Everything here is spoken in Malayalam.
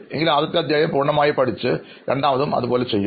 എങ്കിൽ ആദ്യത്തെ അധ്യായം പൂർണമായി പഠിച്ച രണ്ടാമത്തേതും അതുപോലെ ചെയ്യും